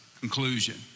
conclusion